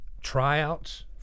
tryouts